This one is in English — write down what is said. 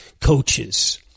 coaches